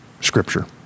scripture